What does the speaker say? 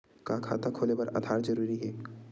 का खाता खोले बर आधार जरूरी हे?